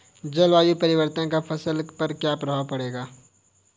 जलवायु परिवर्तन का फसल पर क्या प्रभाव पड़ेगा?